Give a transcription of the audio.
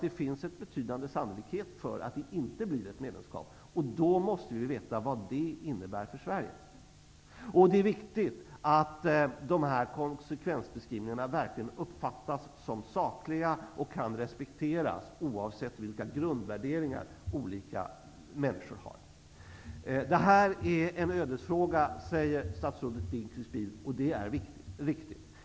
Det finns en betydande sannolikhet för att det inte blir ett medlemskap, och vi måste då veta vad det innebär för Sverige. Det är viktigt att konsekvensbeskrivningarna verkligen uppfattas som sakliga och kan respekteras oavsett vilka grundvärderingar olika människor har. Detta är en ödesfråga, säger statsrådet Dinkelspiel, och det är riktigt.